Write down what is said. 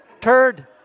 turd